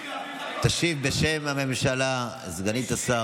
תשיב בשם הממשלה סגנית השר,